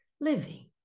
Living